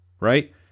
Right